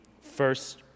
first